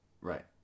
Right